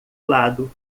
lado